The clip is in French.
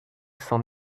s’en